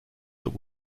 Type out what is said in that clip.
that